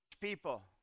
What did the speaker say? people